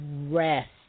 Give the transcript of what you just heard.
rest